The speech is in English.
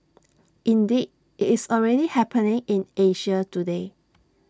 indeed IT is already happening in Asia today